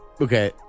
okay